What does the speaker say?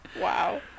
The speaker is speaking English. Wow